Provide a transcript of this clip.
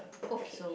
okay